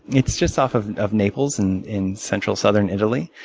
it's just off of of naples in in central southern italy.